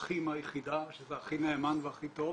"אחי מהיחידה" שזה הכי נאמן והכי טוב,